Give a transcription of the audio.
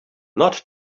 not